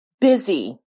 busy